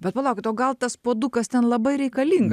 bet palaukit o gal tas puodukas ten labai reikalinga